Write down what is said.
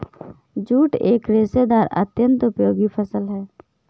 jute एक रेशेदार अत्यन्त उपयोगी फसल है